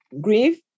grief